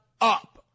up